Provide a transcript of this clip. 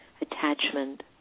attachment